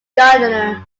gardner